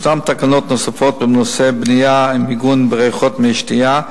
יש תקנות נוספות בנושאי בנייה ומיגון בריכות מי-שתייה,